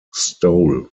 stole